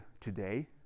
today